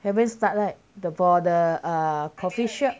haven't start right for the err coffeeshop